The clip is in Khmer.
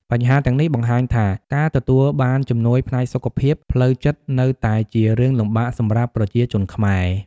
បញ្ហាទាំងនេះបង្ហាញថា ការទទួលបានជំនួយផ្នែកសុខភាពផ្លូវចិត្តនៅតែជារឿងលំបាកសម្រាប់ប្រជាជនខ្មែរ។